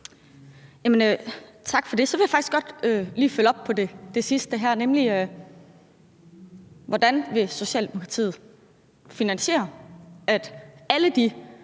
tak for det. Så vil jeg faktisk godt lige følge op på det sidste her, nemlig: Hvordan vil Socialdemokratiet finansiere, at alle de